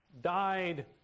died